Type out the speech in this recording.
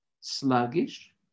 sluggish